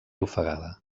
ofegada